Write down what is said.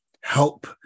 help